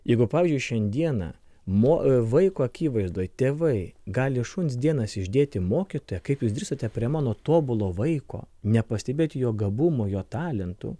jeigu pavyzdžiui šiandieną mo vaiko akivaizdoj tėvai gali šuns dienas išdėti mokytoją kaip jūs drįsote prie mano tobulo vaiko nepastebėti jo gabumų jo talentų